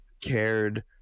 cared